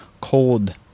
cold